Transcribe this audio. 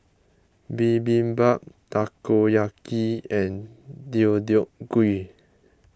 Bibimbap Takoyaki and Deodeok Gui